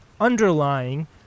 underlying